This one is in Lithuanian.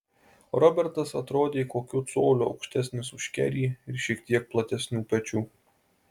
robertas atrodė kokiu coliu aukštesnis už kerį ir šiek tiek platesnių pečių